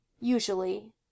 usually